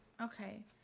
Okay